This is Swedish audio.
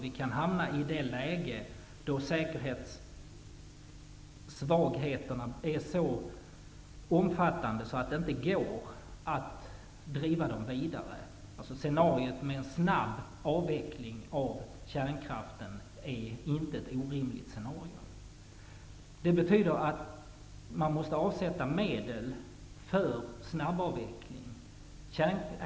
Vi kan hamna i ett läge, där svagheterna i säkerheten är så omfattande att det inte går att driva kärnkraftverken vidare. Scenariot med en snabb avveckling av kärnkraften är inte orimligt. Det betyder att man måste avsätta medel för en eventuell snabbavveckling.